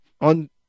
on